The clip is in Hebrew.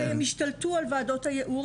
הם השתלטו על וועדות הייעור,